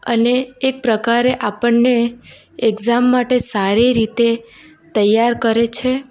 અને એ પ્રકારે આપણને એક્ઝામ માટે સારી રીતે તૈયાર કરે છે